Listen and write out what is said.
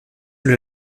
sous